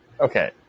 Okay